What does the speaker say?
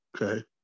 Okay